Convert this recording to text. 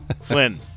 Flynn